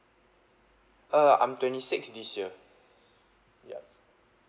uh I'm twenty six this year ya